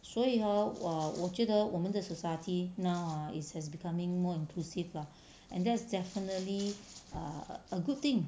所以 hor 我我觉得我们的 society now ah is has becoming more inclusive lah and there's definitely err a good thing